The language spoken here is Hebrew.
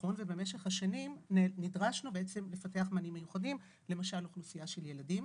הביטחון ובמשך השנים נדרשנו לפתח מענים מיוחדים למשל לאוכלוסייה של ילדים,